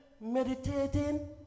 meditating